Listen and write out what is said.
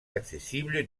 accessible